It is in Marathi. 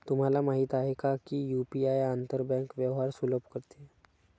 तुम्हाला माहित आहे का की यु.पी.आई आंतर बँक व्यवहार सुलभ करते?